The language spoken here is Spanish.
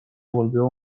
volvió